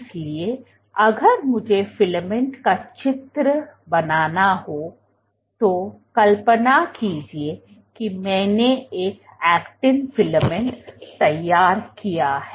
इसलिए अगर मुझे फिलामेंट का चित्र बनाना हो तो कल्पना कीजिए कि मैंने एक एक्टिन फिलामेंट तैयार किया है